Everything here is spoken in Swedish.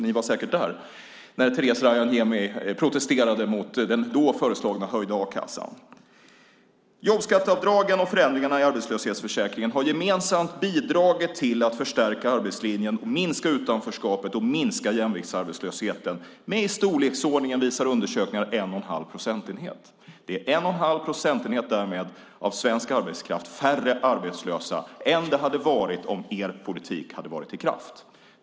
Ni var säkert där när Therese Rajaniemi protesterade mot den då föreslagna sänkta a-kassan. Jobbskatteavdragen och förändringarna i arbetslöshetsförsäkringen har gemensamt bidragit till att förstärka arbetslinjen, minska utanförskapet och minska jämviktsarbetslösheten med i storleksordningen 1 1⁄2 procentenhet, visar undersökningar. Det är därmed 1 1⁄2 procentenhet färre arbetslösa av den svenska arbetskraften än det hade varit om er politik varit i kraft.